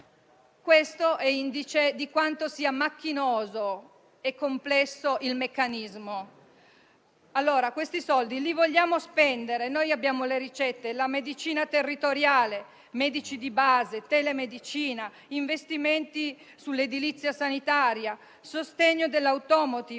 questo è indice di quanto sia macchinoso e complesso il meccanismo. Questi soldi li vogliamo spendere? Noi abbiamo le ricette: medicina territoriale, medici di base, telemedicina, investimenti sull'edilizia sanitaria, sostegno dell'*automotive*,